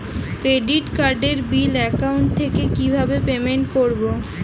Credit কার্ডের bill account থেকে কিভাবে পেমেন্ট করবো?